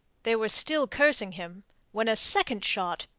they were still cursing him when a second shot,